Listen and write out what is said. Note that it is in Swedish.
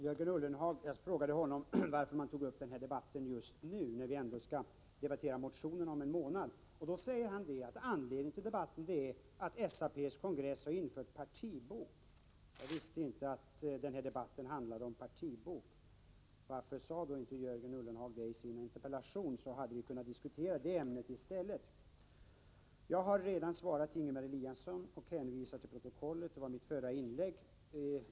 Herr talman! Jag frågade Jörgen Ullenhag varför man tar upp denna debatt just nu, när vi ändå skall debattera motionerna om en månad. Då sade han att anledningen till debatten är att SAP-kongressen har infört partibok. Jag visste inte att debatten handlade om partibok. Varför sade Jörgen Ullenhag inte det i sin interpellation, så hade vi kunnat diskutera det ämnet i stället? Jag har redan svarat Ingemar Eliasson och hänvisar till protokollet — det var mitt förra inlägg.